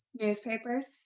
Newspapers